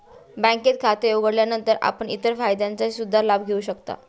बँकेत खाते उघडल्यानंतर आपण इतर फायद्यांचा सुद्धा लाभ घेऊ शकता